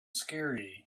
scary